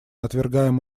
отвергаем